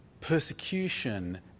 persecution